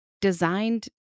designed